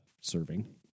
serving